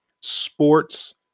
sports